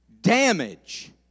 damage